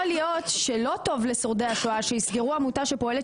יכול להיות שלא טוב לשורדי השואה שיסגרו עמותה שפועלת